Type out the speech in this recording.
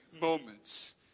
moments